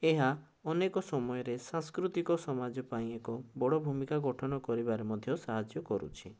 ଅନେକ ସମୟରେ ସାଂସ୍କୃତିକ ସମାଜ ପାଇଁ ଏକ ବଡ଼ ଭୂମିକା ଗଠନ କରିବାରେ ମଧ୍ୟ ସହାଯ୍ୟ କରୁଛି